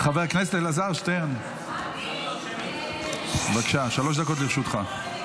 חבר הכנסת אלעזר שטרן, בבקשה, שלוש דקות לרשותך.